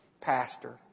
pastor